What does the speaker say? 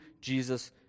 Jesus